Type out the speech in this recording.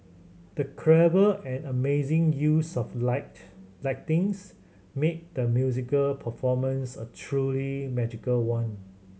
the clever and amazing use of light lighting's made the musical performance a truly magical one